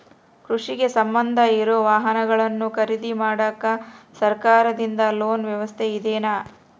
ಕೃಷಿಗೆ ಸಂಬಂಧ ಇರೊ ವಾಹನಗಳನ್ನು ಖರೇದಿ ಮಾಡಾಕ ಸರಕಾರದಿಂದ ಲೋನ್ ವ್ಯವಸ್ಥೆ ಇದೆನಾ?